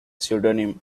pseudonym